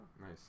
Nice